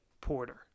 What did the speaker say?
porter